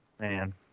Man